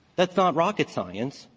that's not rocket science.